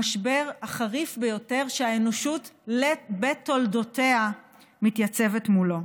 המשבר החריף ביותר שהאנושות בתולדותיה מתייצבת מולו.